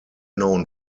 known